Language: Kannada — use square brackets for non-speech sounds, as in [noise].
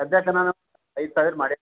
[unintelligible] ಐದು ಸಾವಿರ ಮಾಡಿ [unintelligible]